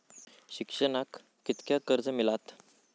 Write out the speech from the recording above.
शिक्षणाक कीतक्या कर्ज मिलात?